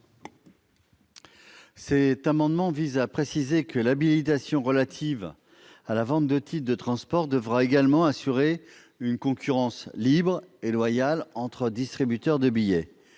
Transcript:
Cet amendement vise à préciser que l'habilitation relative à la vente de titres de transport devra également assurer une concurrence libre et loyale entre distributeurs de billets.